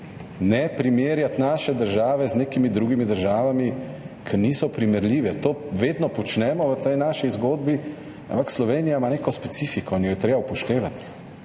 ne primerjati naše države z nekimi drugimi državami, ker niso primerljive. To vedno počnemo v tej naši zgodbi, ampak Slovenija ima neko specifiko in jo je treba upoštevati.